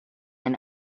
and